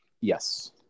Yes